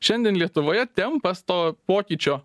šiandien lietuvoje tempas to pokyčio